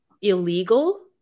illegal